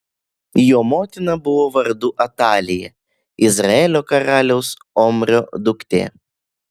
jo motina buvo vardu atalija izraelio karaliaus omrio duktė